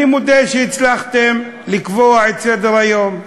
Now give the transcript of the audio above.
אני מודה שהצלחתם לקבוע את סדר-היום,